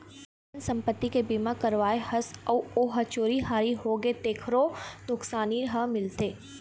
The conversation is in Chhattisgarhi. जेन संपत्ति के बीमा करवाए हस अउ ओ ह चोरी हारी होगे तेखरो नुकसानी ह मिलथे